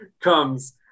comes